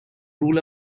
rule